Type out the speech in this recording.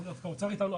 דווקא האוצר איתנו.